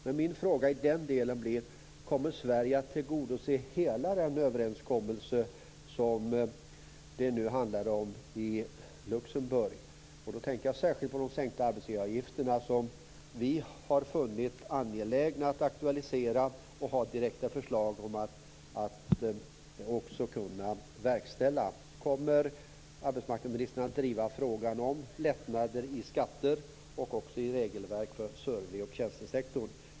Men min fråga i den delen blir: Kommer Sverige att tillgodose hela den överenskommelse som det nu handlar om i Luxemburg? Jag tänkte särskilt på de sänkta arbetsgivaravgifterna, som vi har funnit angelägna att aktualisera och har direkta förslag om att också kunna verkställa. Kommer arbetsmarknadsministern att driva frågan om lättnader i skatten och även i regelverk för service och tjänstesektorn?